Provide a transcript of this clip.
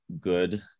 good